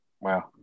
Wow